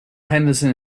henderson